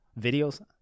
videos